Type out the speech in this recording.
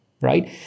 right